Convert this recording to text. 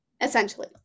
essentially